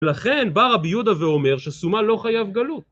לכן בא רבי יהודה ואומר שסומא לא חייב גלות.